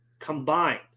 Combined